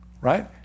right